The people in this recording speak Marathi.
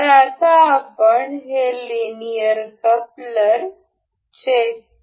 तर आता आपण हे लिनियर कपलर चेक करू